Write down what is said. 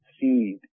seed